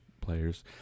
Players